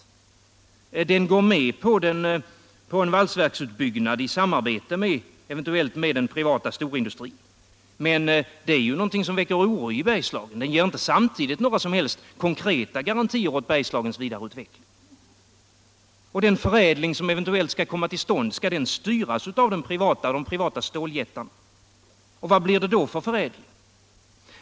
Regeringen går med på en valsverksutbyggnad, eventuellt i samarbete med den privata storindustrin, men det är någonting som väcker oro i Bergslagen. Regeringen ges inte samtidigt några som helst konkreta garantier för Bergslagens vidareutveckling. Skall den förädling som eventuellt skall komma till stånd styras av de privata ståljättarna? Vad blir det då för förädling?